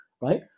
right